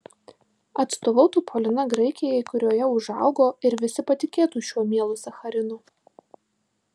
atstovautų polina graikijai kurioje užaugo ir visi patikėtų šiuo mielu sacharinu